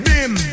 Bim